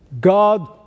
God